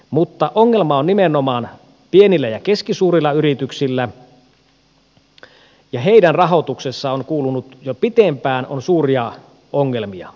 mutta ongelma on nimenomaan pienillä ja keskisuurilla yrityksillä ja niiden rahoituksessa on kuulunut olleen jo pitempään suuria ongelmia